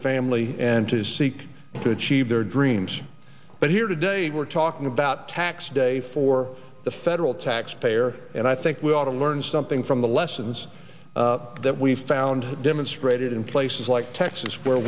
family and to seek to achieve their dreams but here today we're talking about tax day for the federal taxpayer and i think we ought to learn something from the lessons that we found demonstrated in places like texas where